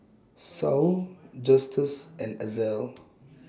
Saul Justus and Ezell